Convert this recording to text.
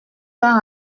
d’un